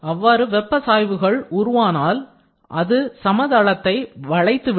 அவ்வாறு வெப்ப சாய்வுகள் உருவானால் அது சம தளத்தை வளைத்து விடும்